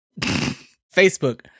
Facebook